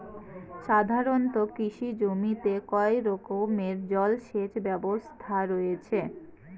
সাধারণত কৃষি জমিতে কয় রকমের জল সেচ ব্যবস্থা রয়েছে?